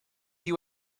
you